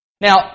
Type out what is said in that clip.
Now